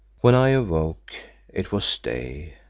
when i awoke it was day,